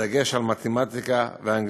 בדגש על מתמטיקה ואנגלית,